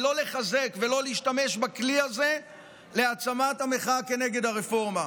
ולא לחזק ולא להשתמש בכלי הזה להעצמת המחאה כנגד הרפורמה.